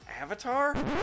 Avatar